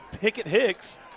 Pickett-Hicks